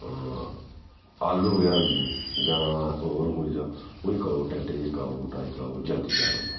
आलू बगैरा होई गे जां होर कोई जां कोई जेह्का बूह्टा जेह्का बूह्टा जल्दी त्यार होंदा